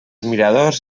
miradors